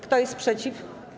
Kto jest przeciw?